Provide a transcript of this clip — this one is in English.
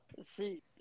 See